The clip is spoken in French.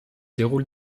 déroule